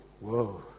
Whoa